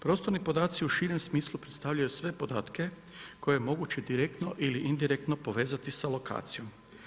Prostorni podaci u širem smislu predstavljaju sve podatke koje je moguće direktno ili indirektno povezati sa lokacijom.